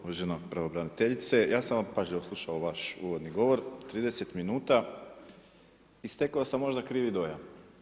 Uvažena pravobraniteljice, ja sam pažljivo slušao vaš uvodni govor 30 minuta i stekao sam možda krivi dojam.